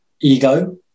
ego